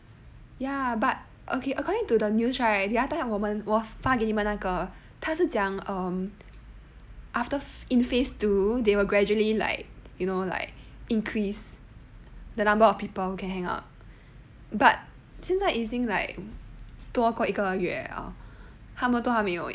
ya but okay according to the news right the other time 我发给你们那个他是讲 um after in phase two they will gradually like you know like increase the number of people can hang out but 现在已经 like 多过一个月了他们都还没有 eh